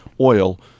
oil